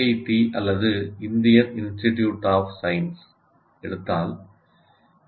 D அல்லது Indian institute of science எடுத்தால் H